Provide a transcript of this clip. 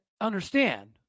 understand